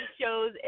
shows